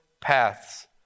paths